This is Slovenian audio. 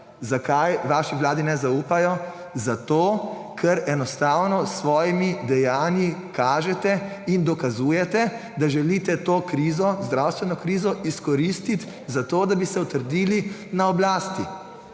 Zakaj vaši vladi ne zaupajo? Zato, ker enostavno s svojimi dejanji kažete in dokazujete, da želite to krizo, zdravstveno krizo, izkoristiti za to, da bi se utrdili na oblasti.